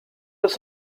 does